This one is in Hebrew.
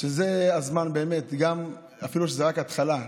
שזה הזמן, אפילו שזאת רק ההתחלה,